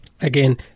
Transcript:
Again